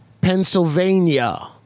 Pennsylvania